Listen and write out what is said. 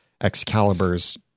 Excalibur's